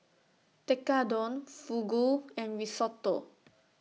Tekkadon Fugu and Risotto